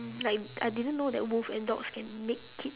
like I didn't know that wolves and dogs can make kids